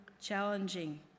challenging